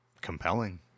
compelling